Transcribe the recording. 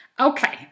Okay